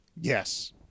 Yes